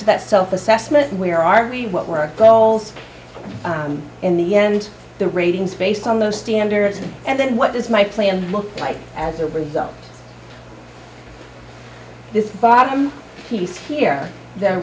to that self assessment where are we what were wells in the end the ratings based on those standards and then what is my plan look like as a result of this bottom piece here th